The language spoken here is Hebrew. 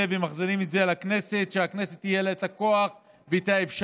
ומחזירים את זה לכנסת כדי שלכנסת יהיה הכוח והאפשרות